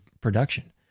production